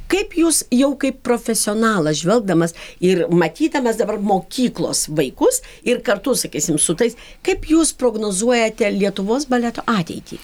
kaip jūs jau kaip profesionalas žvelgdamas ir matydamas dabar mokyklos vaikus ir kartu sakysim su tais kaip jūs prognozuojate lietuvos baleto ateitį